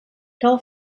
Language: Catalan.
cal